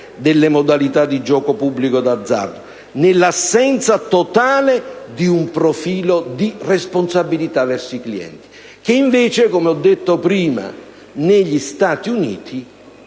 con modalità di gioco pubblico d'azzardo, nell'assenza totale di un profilo di responsabilità verso i clienti che invece, come ho detto prima, negli Stati Uniti